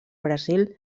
brasil